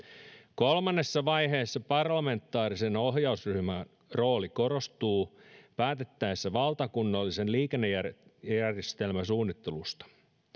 kolmannessa vaiheessa parlamentaarisen ohjausryhmän rooli korostuu päätettäessä valtakunnallisesta liikennejärjestelmäsuunnittelusta